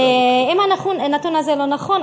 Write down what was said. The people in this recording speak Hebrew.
אם הנתון הזה לא נכון,